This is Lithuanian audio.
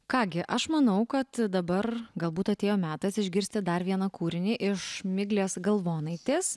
ką gi aš manau kad dabar galbūt atėjo metas išgirsti dar vieną kūrinį iš miglės galvonaitės